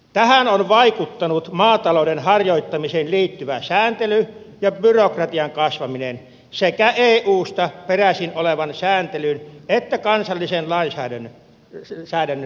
tähän on vaikuttanut maatalouden harjoittamiseen liittyvä sääntely ja byrokratian kasvaminen siis sekä eusta peräisin olevan sääntelyn että kansallisen lainsäädännön lisääntyminen